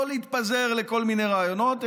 לא להתפזר לכל מיני רעיונות,